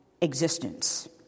existence